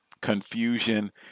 confusion